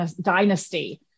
Dynasty